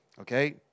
okay